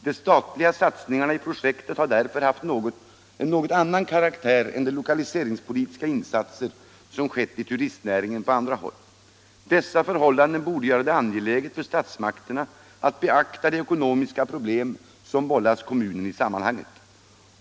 De statliga satsningarna i projektet har därför haft en något annan karaktär än de lokaliseringspolitiska insatser som skett i turistnäringen på andra håll. Dessa förhållanden borde göra det angeläget för statsmakterna att beakta de ekonomiska problem som vållats kommunen i sammanhanget.